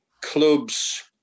clubs